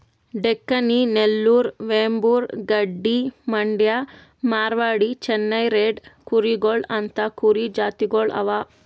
Deccani, Nellore, Vembur, Gaddi, Mandya, Marwari, Chennai red ಕೂರಿಗೊಳ್ ಅಂತಾ ಕುರಿ ಜಾತಿಗೊಳ್ ಅವಾ